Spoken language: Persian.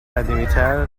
قدیمیتر